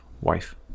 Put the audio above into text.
wife